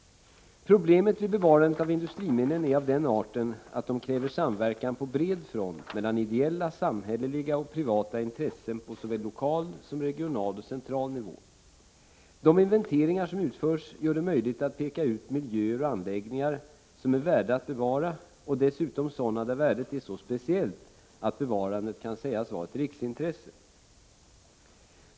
Problemen vid bevarandet av industriminnen är av den arten att de kräver samverkan på bred front mellan ideella, samhälleliga och privata intressen på såväl lokal som regional och central nivå. De inventeringar som utförs gör det möjligt att peka ut miljöer och anläggningar som är värda att bevara och dessutom sådana där värdet är så speciellt att bevarandet kan sägas vara ett riksintresse.